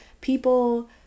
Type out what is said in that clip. people